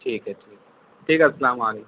ٹھیک ہے ٹھیک ٹھیک ہے السلام علیکم